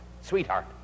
Sweetheart